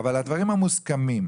אבל הדברים המוסכמים,